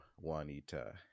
Juanita